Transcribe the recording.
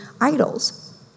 idols